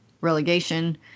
relegation